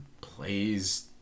plays